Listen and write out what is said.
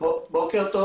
בוקר טוב.